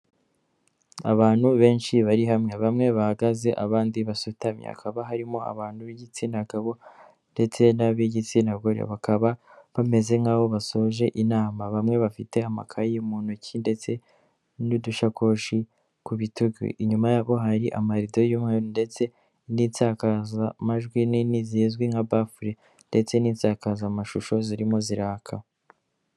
Abantu benshi bari hamwe, bamwe bahagaze abandi basutamye, hakaba harimo abantu b'igitsina gabo ndetse n'ab'igitsina gore, bakaba bameze nk'abo basoje inama. Bamwe bafite amakayi mu ntoki ndetse n'udushakoshi rutugu, inyuma yabo hari amarido y'inka ndetse n'insakazamajwi nini zizwi nka bafure ndetse n'insakazamashusho zirimo ziraka.